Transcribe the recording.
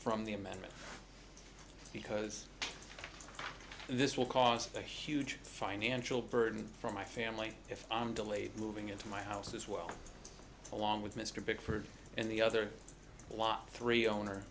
from the amendment because this will cause a huge financial burden for my family if i'm delayed moving into my house as well along with mr bickford and the other lot three owner